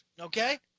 okay